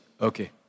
okay